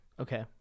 Okay